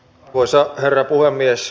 arvoisa herra puhemies